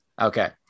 Okay